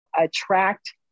attract